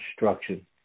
instruction